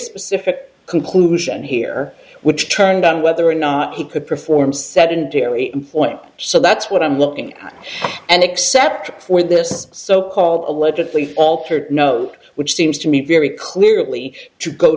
specific conclusion here which turned on whether or not he could perform sedentary point so that's what i'm looking at and except for this so called allegedly altered note which seems to me very clearly to go